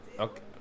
okay